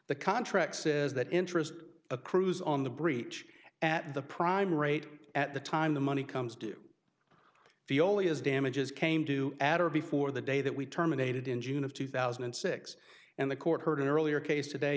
the contract says that interest accrues on the breach at the prime rate at the time the money comes due if you only as damages came to add or before the day that we terminated in june of two thousand and six and the court heard an earlier case today